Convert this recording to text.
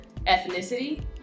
ethnicity